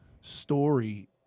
story